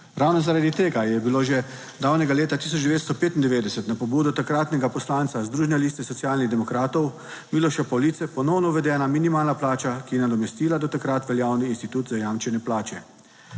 Ravno zaradi tega je bilo že davnega leta 1995 na pobudo takratnega poslanca Združene liste socialnih demokratov Miloša Pavlice ponovno uvedena minimalna plača, ki je nadomestila do takrat veljavni institut zajamčene plače.